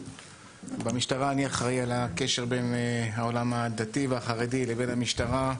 במשטרה אני אחראי על הקשר בין העולם הדתי והחרדי לבין המשטרה.